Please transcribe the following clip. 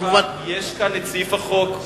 יש כאן את סעיף החוק.